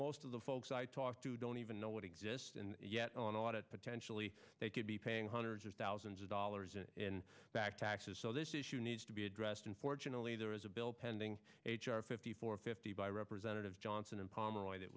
most of the folks i talk to don't even know what exist and yet on a lot of potentially they could be paying hundreds or thousands of dollars in back taxes so this issue needs to be addressed unfortunately there is a bill pending fifty four fifty by representative johnson and pomeroy that